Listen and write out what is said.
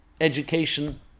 education